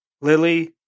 Lily